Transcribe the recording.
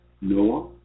Noah